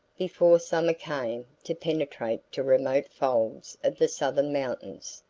before summer came, to penetrate to remote folds of the southern mountains,